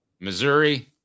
Missouri